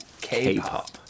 K-pop